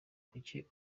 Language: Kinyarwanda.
kuri